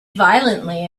violently